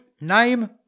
Name